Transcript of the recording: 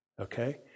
Okay